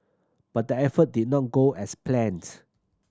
but the effort did not go as plans